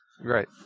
right